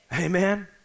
amen